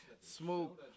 Smoke